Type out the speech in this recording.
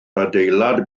adeilad